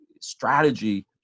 strategy